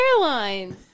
Airlines